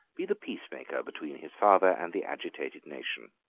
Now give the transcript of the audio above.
be the peacemaker between his father and the agitated nation.